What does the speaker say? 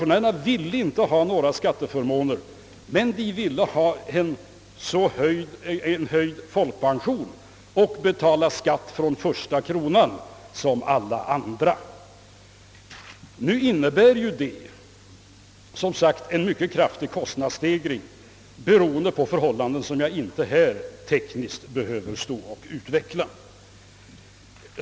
Däremot önskade folkpensionärerna en höjning av folkpensionen för att sedan betala skatt från första kronan som alla andra. Men det innebär som sagt en mycket kraftig kostnadsstegring, beroende på förhållanden som jag inte här behöver tekniskt utveckla närmare.